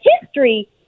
history